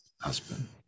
husband